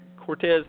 Cortez